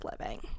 living